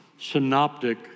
synoptic